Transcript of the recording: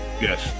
yes